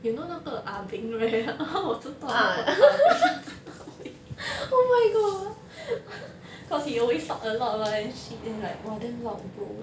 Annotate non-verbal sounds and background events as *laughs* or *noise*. you know 那个 ah beng re~ *laughs* ah 我知道那个 ah beng *laughs* cause he always talk a lot [one] shit then like !wah! damn loud bro